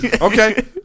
Okay